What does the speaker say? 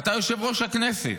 אתה יושב-ראש הכנסת.